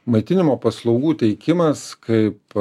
maitinimo paslaugų teikimas kaip